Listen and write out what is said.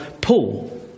pull